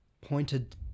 pointed